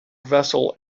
vessel